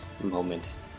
moment